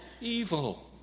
evil